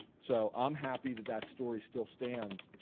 so i'm happy that that story still stands.